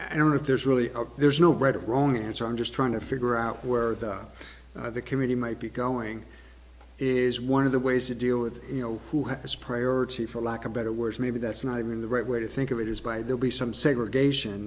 i don't know if there's really there's no right or wrong answer i'm just trying to figure out where the committee might be going is one of the ways to deal with you know who has priority for lack of better words maybe that's not really the right way to think of it is by they'll be some segregation